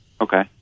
Okay